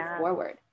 forward